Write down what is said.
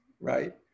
right